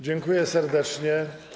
Dziękuję serdecznie.